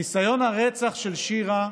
ניסיון הרצח של שירה,